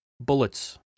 Bullets